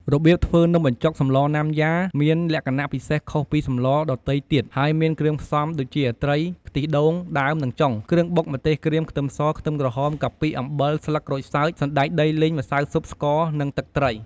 របៀបធ្វើនំបញ្ចុកសម្លណាំយ៉ាមានលក្ខណៈពិសេសខុសពីសម្លដទៃទៀត ហើយមានគ្រឿងផ្សំដូចជា ត្រី ខ្ទិះដូងដើមនិងចុង គ្រឿងបុក ម្ទេសក្រៀម ខ្ទឹមស ខ្ទឹមក្រហម កាពិ អំបិល ស្លឹកក្រូចសើច សណ្តែកដីលីង ម្សៅស៊ុប ស្ករ និងទឹកត្រី។